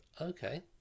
Okay